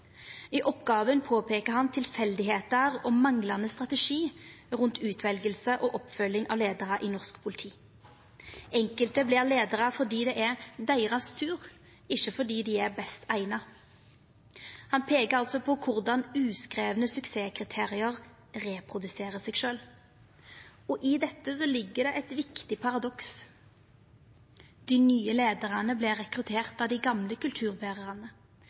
I oppgåva peiker han på tilfeldigheiter og manglande strategi rundt utveljing og oppfølging av leiarar i norsk politi: Enkelte vert leiarar fordi det er deira tur, ikkje fordi dei er best eigna. Han peiker altså på korleis uskrivne suksesskriterium reproduserer seg sjølve. I dette ligg det eit viktig paradoks – dei nye leiarane vert rekrutterte av dei gamle kulturberarane